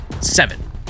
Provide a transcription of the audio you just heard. Seven